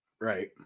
right